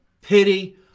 pity